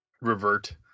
revert